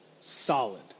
Solid